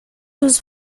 was